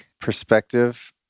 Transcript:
perspective